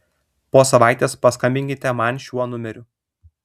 po savaitės paskambinkite man šiuo numeriu